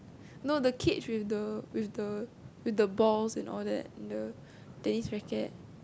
no the cage with the with the with the balls and all that the tennis racket